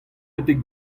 betek